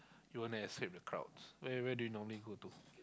you wana escape the crowds where where do you normally go to